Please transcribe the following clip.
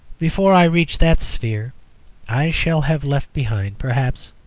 before i reach that sphere i shall have left behind, perhaps,